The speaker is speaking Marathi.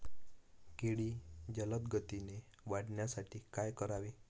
केळी जलदगतीने वाढण्यासाठी काय करावे?